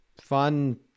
fun